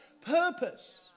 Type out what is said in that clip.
purpose